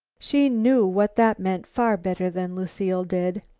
she knew what that meant far better than lucile did.